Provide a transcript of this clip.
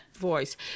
voice